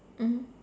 mmhmm